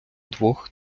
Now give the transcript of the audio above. двох